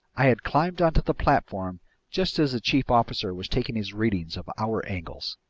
i had climbed onto the platform just as the chief officer was taking his readings of hour angles.